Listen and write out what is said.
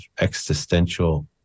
existential